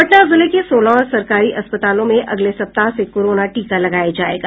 पटना जिले के सोलह और सरकारी अस्पतालों में अगले सप्ताह से कोरोना टीका लगाया जायेगा